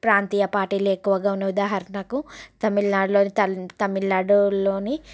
ప్రాంతీయ పార్టీలు ఎక్కువగా ఉన్నాయి ఉదాహరణకు తమిళనాడులోని తమిళనాడులోని